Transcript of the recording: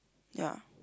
ya